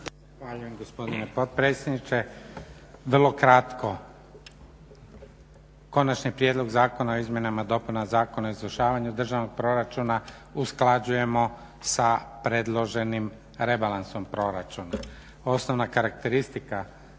Zahvaljujem gospodine potpredsjedniče. Vrlo kratko, Konačni prijedlog zakona o izmjenama i dopunama Zakona o izvršavanju Državnog proračuna usklađujemo sa predloženim rebalansom proračuna. osnovna karakteristika